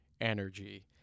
energy